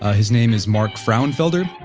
ah his name is mark frauenfelder.